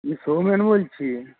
সৌমেন বলছি